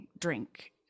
drink